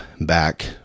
back